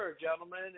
gentlemen